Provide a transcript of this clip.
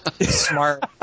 Smart